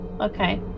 Okay